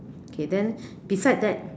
okay then beside that